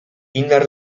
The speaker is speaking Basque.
indar